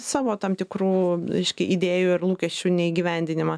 savo tam tikrų reiškia idėjų ir lūkesčių neįgyvendinimą